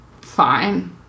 fine